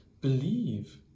believe